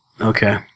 Okay